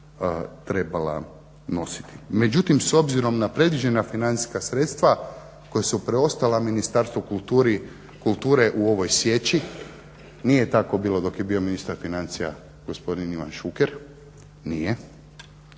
trebala nositi. Međutim s obzirom na predviđena financijska sredstva koja su preostala Ministarstvu kulture u ovoj sječi nije tako bilo dok je bio ministar financija gospodin Ivan Šuker, nije.